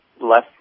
less